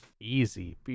easy